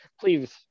Please